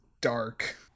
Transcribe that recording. dark